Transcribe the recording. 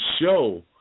show